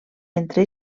entre